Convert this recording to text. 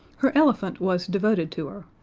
her elephant was devoted to her,